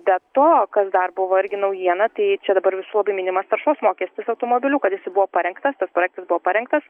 be to kas dar buvo irgi naujiena tai čia dabar visų labai minimas taršos mokestis automobilių kad jisai buvo parengtas tas projektas buvo parengtas